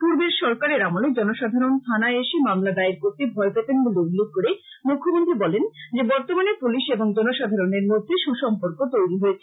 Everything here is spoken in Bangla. পূর্বের সরকারের আমলে জনসাধারণ থানায় এসে মামলা দায়ের করতে ভয় পেতেন বলে উল্লেখ করে মুখ্যমন্ত্রী বলেন যে বর্তমানে পুলিশ এবং জনসাধারণের মধ্যে সু সম্পর্ক তৈরী হয়েছে